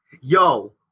Yo